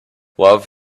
love